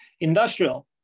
Industrial